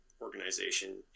organization